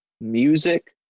music